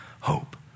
hope